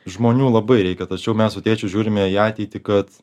žmonių labai reikia tačiau mes su tėčiu žiūrime į ateitį kad